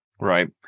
Right